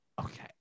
Okay